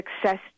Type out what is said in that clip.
success